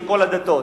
של כל הדתות.